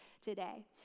today